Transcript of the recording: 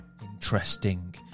Interesting